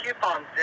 coupons